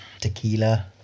tequila